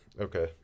okay